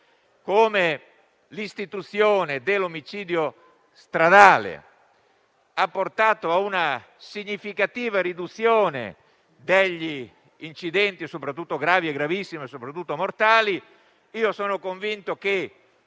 Come l'istituzione dell'omicidio stradale ha portato a una significativa riduzione degli incidenti gravi, gravissimi e soprattutto mortali, sono convinto che,